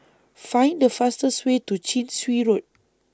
Find The fastest Way to Chin Swee Road